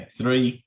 three